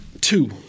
Two